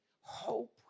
Hope